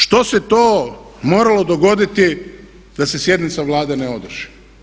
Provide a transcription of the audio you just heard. Što se to moralo dogoditi da se sjednica Vlade ne održi?